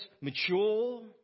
mature